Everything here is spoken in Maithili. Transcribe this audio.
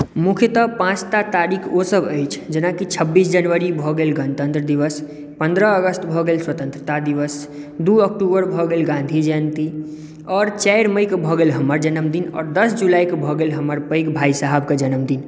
मुख्यतः पाँचटा तारीख ओसभ अछि जेनाकि छब्बीस जनवरी भऽ गेल गणतन्त्र दिवस पन्द्रह अगस्त भऽ गेल स्वतन्त्रता दिवस दू अक्टूबर भऽ गेल गान्धी जयन्ती आओर चारि मई केँ भऽ गेल हमर जन्मदिन आओर दस जुलाई केँ भऽ गेल हमर पैघ भाय साहबके जन्मदिन